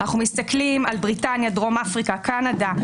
אנחנו מסתכלים על בריטניה, דרום אפריקה, קנדה.